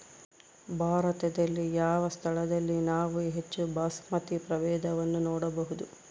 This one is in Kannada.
ಭಾರತದಲ್ಲಿ ಯಾವ ಸ್ಥಳದಲ್ಲಿ ನಾವು ಹೆಚ್ಚು ಬಾಸ್ಮತಿ ಪ್ರಭೇದವನ್ನು ನೋಡಬಹುದು?